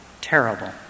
terrible